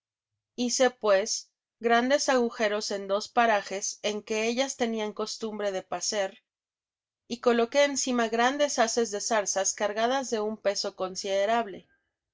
hice pues grandes agujeros en dos parajes en que ellas tenian costumbre de pacer y coloqué encima grandes haces de zarzas cargadas de un peso considerable